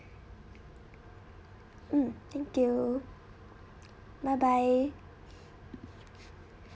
mm thank you bye bye